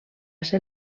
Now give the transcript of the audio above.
ser